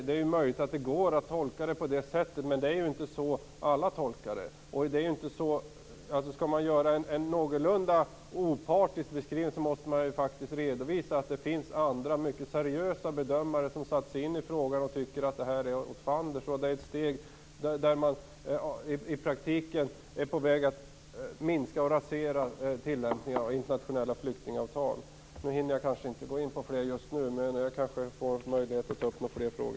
Det är möjligt att det går att tolka det på det sättet, men det är inte så alla tolkar det. Om man skall göra en någorlunda opartisk beskrivning måste man också redovisa att det finns andra, mycket seriösa bedömare som har satt sig in i frågan och som tycker att det är åt fanders. Det är ett steg på vägen mot att i praktiken rasera tillämpningen av internationella flyktingavtal. Jag hinner inte gå in på fler frågor just nu, men jag får kanske möjlighet att ta upp dem sedan.